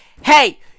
hey